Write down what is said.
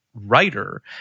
writer